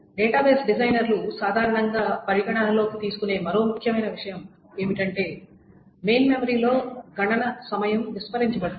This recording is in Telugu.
డేటాబేస్ డిజైనర్లు సాధారణంగా పరిగణనలోకి తీసుకునే మరో ముఖ్యమైన విషయం ఏమిటంటే మెయిన్ మెమరీలో గణన సమయం విస్మరించబడుతుంది